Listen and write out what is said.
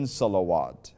salawat